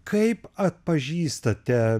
kaip atpažįstate